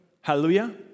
Hallelujah